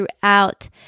throughout